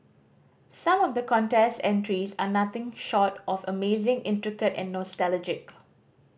some of the contest entries are nothing short of amazing intricate and nostalgic